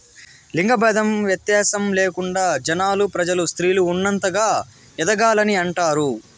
లింగ భేదం వ్యత్యాసం లేకుండా జనాలు ప్రజలు స్త్రీలు ఉన్నతంగా ఎదగాలని అంటారు